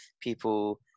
people